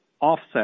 offset